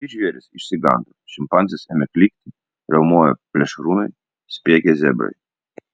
kiti žvėrys išsigando šimpanzės ėmė klykti riaumojo plėšrūnai spiegė zebrai